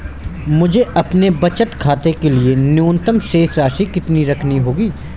मुझे अपने बचत खाते के लिए न्यूनतम शेष राशि कितनी रखनी होगी?